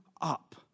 up